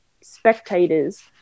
spectators